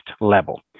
level